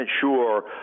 sure